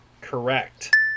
Correct